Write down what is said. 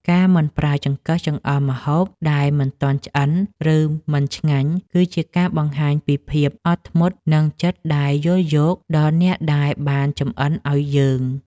ការមិនប្រើចង្កឹះចង្អុលម្ហូបដែលមិនទាន់ឆ្អិន ឬ មិនឆ្ងាញ់គឺជាការបង្ហាញពីភាពអត់ធ្មត់និងចិត្តដែលយល់យោគដល់អ្នកដែលបានចម្អិនឱ្យយើង។